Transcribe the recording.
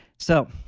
so,